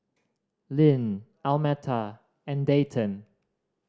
Lynne Almeta and Dayton